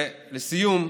ולסיום,